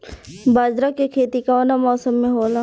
बाजरा के खेती कवना मौसम मे होला?